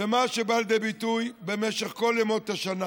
ומה שבא לידי ביטוי במשך כל ימות השנה